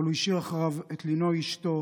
והשאיר אחריו את לינוי אשתו